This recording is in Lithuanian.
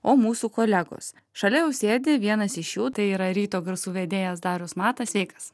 o mūsų kolegos šalia jau sėdi vienas iš jų tai yra ryto garsų vedėjas darius matas sveikas